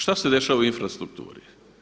Šta se dešava u infrastrukturi?